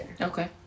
Okay